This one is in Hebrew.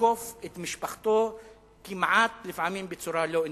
ולתקוף את משפחתו כמעט בצורה לא אנושית.